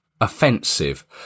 offensive